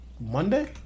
Monday